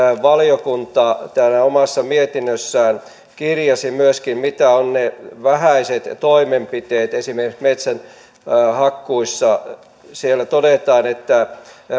valiokunta omassa mietinnössään kirjasi myöskin mitä ovat vähäiset toimenpiteet esimerkiksi metsähakkuissa siellä todetaan että